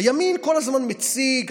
הימין כל הזמן מציג,